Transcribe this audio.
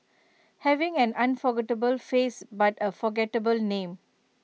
having an unforgettable face but A forgettable name